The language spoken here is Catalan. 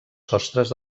sostres